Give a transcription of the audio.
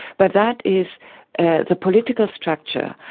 but that is the political structure.